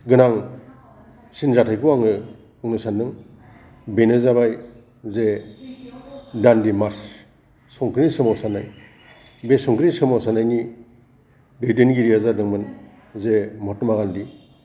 गोनांसिन जाथायखौ आङो बुंनो सानदों बेनो जाबाय जे दान्दि मारच संख्रैनि सोमावसारनाय बे संख्रैनि सोमावसारनायनि दैदेनगिरिआ जादोंमोन जे महात्मा गान्धि